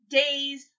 days